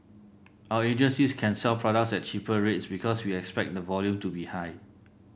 our agencies can sell products at cheaper rates because we expect the volume to be high